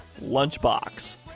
Lunchbox